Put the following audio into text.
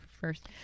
first